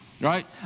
right